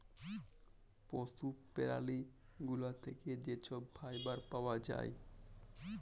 পশু প্যারালি গুলা থ্যাকে যে ছব ফাইবার পাউয়া যায়